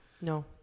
No